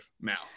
now